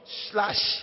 slash